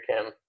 kim